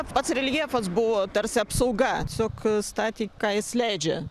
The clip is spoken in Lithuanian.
pats reljefas buvo tarsi apsauga tiesiog statė ką jis leidžia